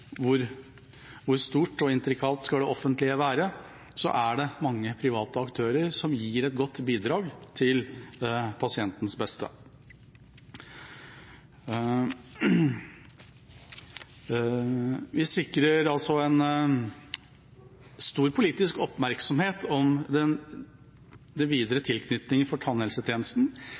hvor stort og intrikat det offentlige skal være. Vi sikrer altså en stor politisk oppmerksomhet om den videre tilknytningen for tannhelsetjenesten,